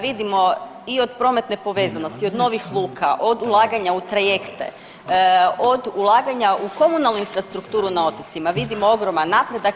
Vidimo i od prometne povezanosti i od novih luka od ulaganja u trajekte, od ulaganja u komunalnu infrastrukturu na otocima vidimo ogroman napredak.